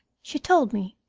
she told me,